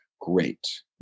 great